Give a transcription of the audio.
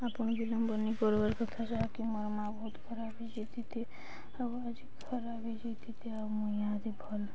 ଆପଣ ବି ବିଲମ୍ବନି କର୍ବାର୍ କଥା ଯାହାକି ମୋର ମାଆ ବହୁତ ଖରାପ ହେଇଯାଇତିିତେ ଆଉ ଆଜି ଖରାପ ହେଇଯାଇତିିତେ ଆଉ ମୁଇଁ ଆଦି ଭଲ